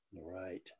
Right